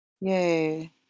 Yay